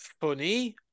funny